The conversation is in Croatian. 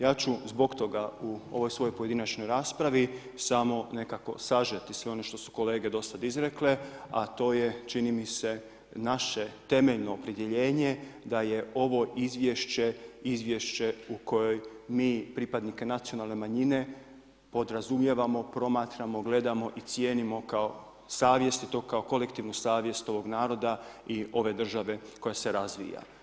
Ja ću zbog toga u ovoj svojoj pojedinačnoj raspravi samo nekako sažeti sve ono što su kolege do sada izrekle, a to je, čini mi se, naše temeljno opredjeljenje da je ovo izvješće izvješće u kojem mi pripadnike nacionalne manjine podrazumijevamo, promatramo, gledamo i cijenimo kao savjesno, kao kolektivnu savjest ovog naroda i ove države koja se razvija.